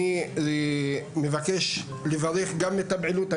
אני מבקש לברך גם את הפעילות,